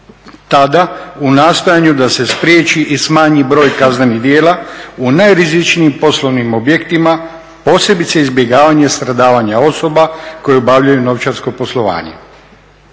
tada u nastojanju da se spriječi i smanji broj kaznenih djela u najrizičnijim poslovnim objektima posebice izbjegavanje stradavanja osoba koje obavljaju novčarsko poslovanje.